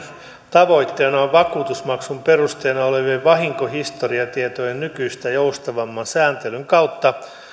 tavoitteena on vakuutusmaksun perusteena olevien vahinkohistoriatietojen nykyistä joustavamman sääntelyn kautta